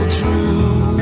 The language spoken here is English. true